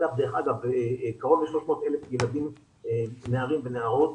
אגב, קרוב ל-300,000 נערים ונערות